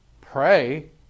pray